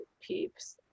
peeps